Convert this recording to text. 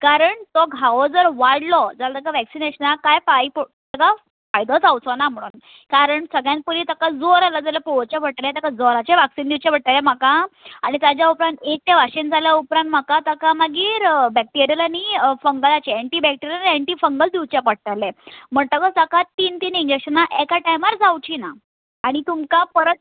कारण तो घावो जर वाळ्ळो जाल् तेका वॅक्सिनेशनाक कांय फाय पो ताका फायदो जावचो ना म्हणून कारण सगळ्यान पयली ताका जोर आयला जाल्या पळवचें पडटलें ताका जोराचें वॅक्सीन दिवचें पट्टलें म्हाका आनी ताज्या उपरान एक तें वाशीन जाल्या उपरान म्हाका ताका मागीर बॅक्टिऱ्यल आनी फंगायाचें एण्टी बॅक्टिऱ्यल एण्टी फंगल दिवचें पडटलें म्हणटकच ताका तीन तीन इंजॅक्शनां एका टायमार जावचीं ना आनी तुमकां परत